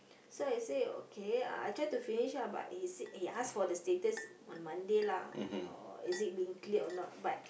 so I say okay I try to finish lah but he said he asked for the status on Monday lah oh is it being cleared or not but